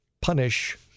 punish